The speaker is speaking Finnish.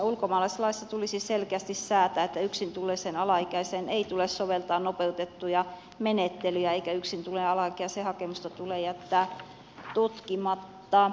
ulkomaalaislaissa tulisi selkeästi säätää että yksin tulleeseen alaikäiseen ei tule soveltaa nopeutettuja menettelyjä eikä yksin tulleen alaikäisen hakemusta tule jättää tutkimatta